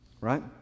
right